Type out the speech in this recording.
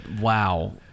wow